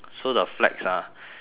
so the flags ah